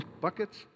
Buckets